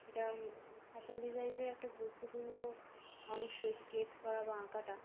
এটা ফ্যাশন ডিজাইনের একটা গুরুত্বপূর্ণ অংশ স্কেচ করা বা আঁকাটা